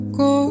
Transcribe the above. go